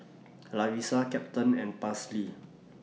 Larissa Captain and Paisley